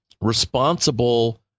responsible